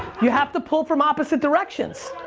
you have to pull from opposite directions.